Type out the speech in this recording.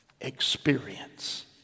experience